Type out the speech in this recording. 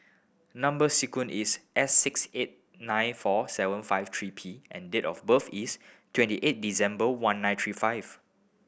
number sequence is S six eight nine four seven five three P and date of birth is twenty eight December one nine three five